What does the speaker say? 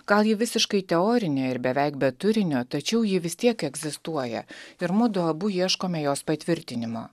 gal ji visiškai teorinė ir beveik be turinio tačiau ji vis tiek egzistuoja ir mudu abu ieškome jos patvirtinimo